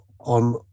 on